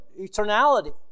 eternality